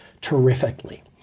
terrifically